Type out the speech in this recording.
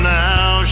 now